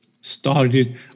started